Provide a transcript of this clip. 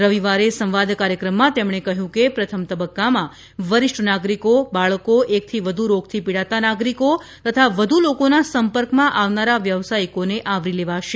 રવિવારે સંવાદ કાર્યક્રમમાં તેમણે કહ્યું કે પ્રથમ તબક્કામાં વરિષ્ઠ નાગરિકો બાળકો એકથી વધુ રોગથી પીડાતા નાગરિકો તથા વધુ લોકોના સંપર્કમાં આવનારા વ્યવસાયીકોને આવરી લેવાશે